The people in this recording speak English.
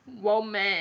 Woman